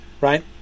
right